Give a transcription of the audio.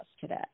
today